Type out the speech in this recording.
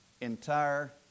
entire